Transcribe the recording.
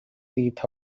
teeth